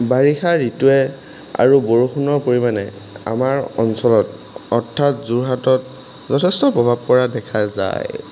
বাৰিষাৰ ঋতুৱে আৰু বৰষুণৰ পৰিমাণে আমাৰ অঞ্চলত অৰ্থাৎ যোৰহাটত যথেষ্ট প্ৰভাৱ পৰা দেখা যায়